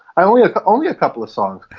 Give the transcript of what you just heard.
i only only a couple of songs.